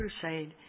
Crusade